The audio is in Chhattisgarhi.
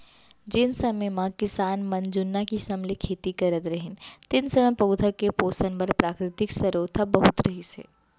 जेन समे म किसान मन जुन्ना किसम ले खेती करत रहिन तेन समय पउधा के पोसन बर प्राकृतिक सरोत ह बहुत रहिस हे